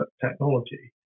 technology